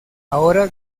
ahora